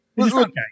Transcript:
Okay